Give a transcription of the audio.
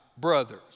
brothers